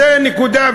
זו הנקודה.